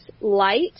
light